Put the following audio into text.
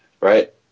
right